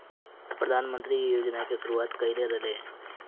प्रधानमंत्री इ योजना के शुरुआत कईले रलें